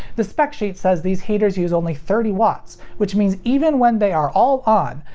the spec sheet says these heaters use only thirty watts, which means even when they are all on,